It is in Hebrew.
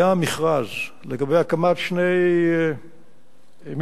היה מכרז לגבי הקמת שני מתקנים